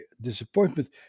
disappointment